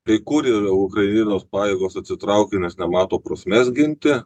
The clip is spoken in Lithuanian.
kai kur yra ukrainos pajėgos atsitraukė nes nemato prasmės ginti